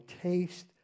taste